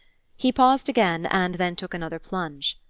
he paused again, and then took another plunge.